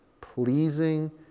Pleasing